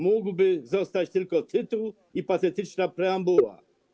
Mógłby zostać tylko tytuł i patetyczna preambuła.